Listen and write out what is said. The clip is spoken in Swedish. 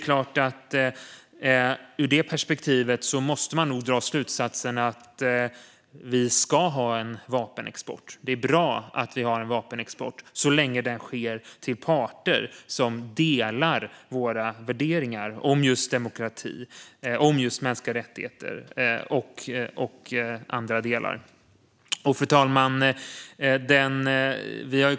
Ur det perspektivet måste man nog dra slutsatsen att vi ska ha en vapenexport, att det är bra att vi har en vapenexport - så länge den sker till parter som delar våra värderingar i fråga om just demokrati, mänskliga rättigheter och andra delar. Fru talman!